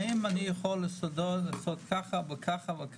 האם אני יכול לעשות ככה וככה.